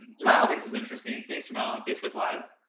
dramatics is interesting. thanks for my on facebook live.